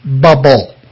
bubble